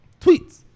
tweets